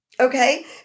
Okay